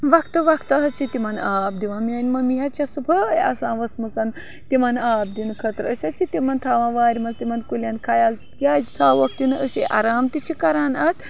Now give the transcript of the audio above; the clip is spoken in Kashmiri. وقتہٕ وقتہٕ حظ چھِ تِمَن آب دِوان میٛٲنۍ مٔمی حظ چھَس صُبحٲے آسان ؤژھمٕژَن تِمَن آب دِنہٕ خٲطرٕ أسۍ حظ چھِ تِمَن تھاوان وارِ منٛز تِمَن کُلٮ۪ن خَیال کیازِ تھاووکھ تِنہٕ أسۍ یہِ آرام تہِ چھِ کَران اَتھ